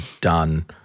done